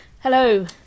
Hello